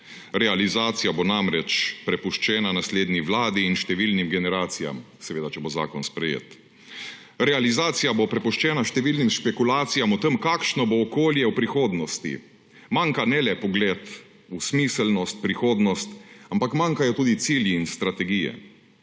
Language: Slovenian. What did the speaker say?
Realizacija bo namreč prepuščena naslednji vladi in številnim generacijam, seveda če bo zakon sprejet. Realizacija bo prepuščena številnim špekulacijam o tem, kakšno bo okolje v prihodnosti. Manjka ne le pogled v smiselnost, prihodnost, ampak manjkajo tudi cilji in strategije.